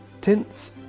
tints